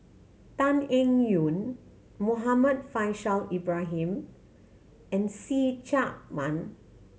Tan Eng Yoon Muhammad Faishal Ibrahim and See Chak Mun